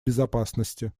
безопасности